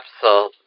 capsule